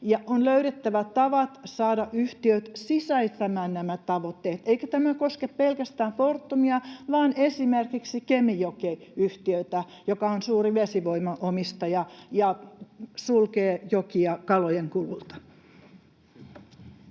on löydettävä tavat saada yhtiöt sisäistämään nämä tavoitteet. Eikä tämä koske pelkästään Fortumia vaan myös esimerkiksi Kemijoki-yhtiötä, joka on suuri vesivoimaomistaja ja sulkee jokia kalojen kululta.